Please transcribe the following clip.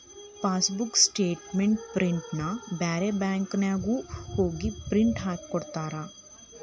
passbook statement ಪ್ರಿಂಟ್ನ ಬ್ಯಾರೆ ಬ್ರಾಂಚ್ನ್ಯಾಗು ಹೋಗಿ ಪ್ರಿಂಟ್ ಹಾಕಿಕೊಡ್ತಾರ